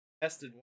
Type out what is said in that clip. tested